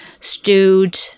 stewed